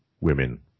women